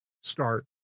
start